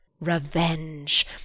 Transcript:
Revenge